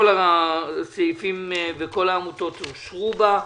כל הסעיפים וכל העמותות שבה אושרו.